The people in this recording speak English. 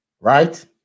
Right